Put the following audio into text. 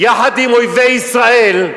יחד עם אויבי ישראל,